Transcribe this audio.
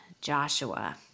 Joshua